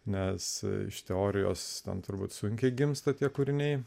nes iš teorijos ten turbūt sunkiai gimsta tie kūriniai